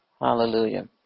hallelujah